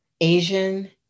Asian